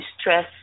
stress